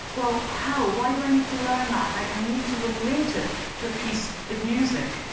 well, how? why do i need to learn that? i i need to relate it to a piece of music.